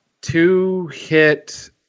two-hit